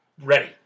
Ready